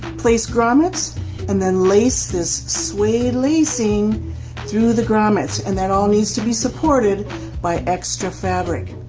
place grommets and then lace this suede lacing through the grommets and that all needs to be supported by extra fabric.